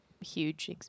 huge